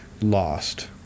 lost